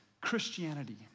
Christianity